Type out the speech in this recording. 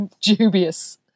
dubious